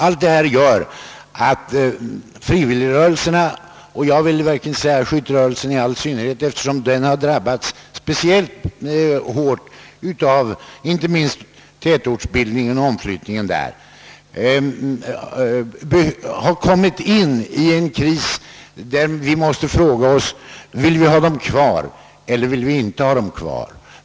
Allt det här gör att frivilligrörelserna — och jag vill säga skytterörelsen i all synnerhet, eftersom den har drabbats speciellt hårt av tätortsbildningen och omflyttningen där — har kommit in i en kris där vi måste fråga oss: Vill vi ha dem kvar eller vill vi inte ha dem kvar?